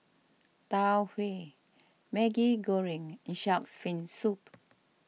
Tau Huay Maggi Goreng and Shark's Fin Soup